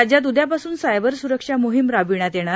राज्यात उद्यापासून सायबर सुरक्षा मोहिम राबवण्यात येणार